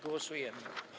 Głosujemy.